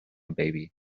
baby